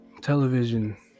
television